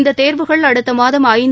இந்த தேர்வுகள் அடுத்த மாதம் ஐந்து